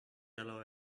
yellow